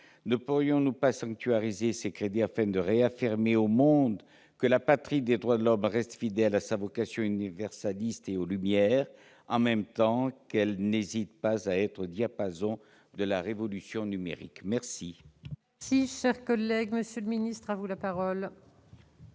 ne pourrions-nous pas sanctuariser ces crédits, afin de réaffirmer au monde que la patrie des droits de l'homme reste fidèle à sa vocation universaliste et aux Lumières, en même temps qu'elle n'hésite pas à être au diapason de la révolution numérique ? La parole est à M. le secrétaire d'État. Monsieur le sénateur, vous avez